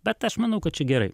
bet aš manau kad čia gerai